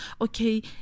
okay